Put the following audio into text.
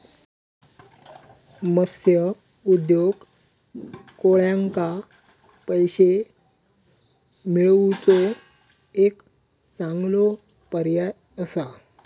मत्स्य उद्योग कोळ्यांका पैशे मिळवुचो एक चांगलो पर्याय असा